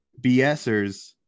BSers